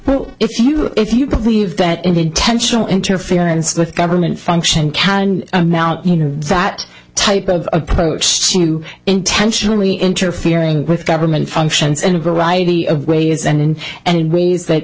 but if you if you believe that any intentional interference with government function can amount that type of approach to intentionally interfering with government functions in a variety of ways and in and ways that